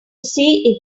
see